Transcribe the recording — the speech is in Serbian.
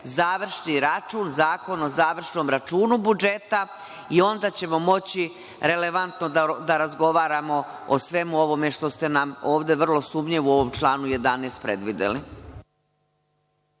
završni račun, zakon o završnom računu budžeta i onda ćemo moći relevantno da razgovaramo o svemu ovome što ste nam ovde vrlo sumnjivo u članu 11. predvideli.